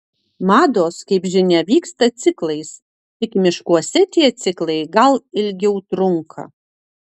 mados kaip žinia vyksta ciklais tik miškuose tie ciklai gal ilgiau trunka